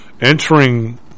entering